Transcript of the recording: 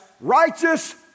righteous